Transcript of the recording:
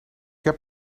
heb